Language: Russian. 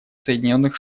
соединенных